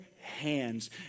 hands